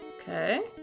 Okay